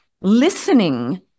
listening